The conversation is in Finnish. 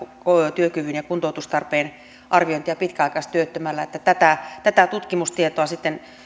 työkyvyn ja kuntoutustarpeen arviointia pitkäaikaistyöttömällä että tätä tätä tutkimustietoa sitten